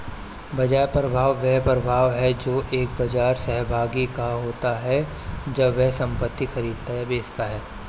बाजार प्रभाव वह प्रभाव है जो एक बाजार सहभागी का होता है जब वह संपत्ति खरीदता या बेचता है